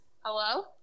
Hello